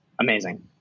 amazing